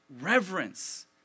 reverence